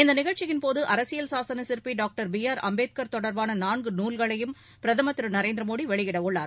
இந்த நிகழ்ச்சியின்போது அரசியல் சாசன சிற்பி டாக்டர் பி ஆர் அம்பேத்கர் தொடர்பான நான்கு நூல்களையும் பிரதமர் திரு நரேந்திர மோடி வெளியிடவுள்ளார்